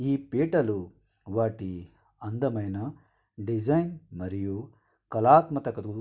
ఈ పీటలు వాటి అందమైన డిజైన్ మరియు కళాత్మకతకు